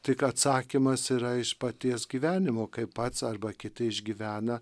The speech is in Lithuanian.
tik ką atsakymas yra iš paties gyvenimo kaip pats arba kiti išgyvena